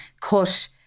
cut